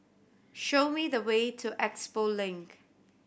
show me the way to Expo Link